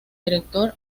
director